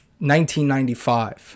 1995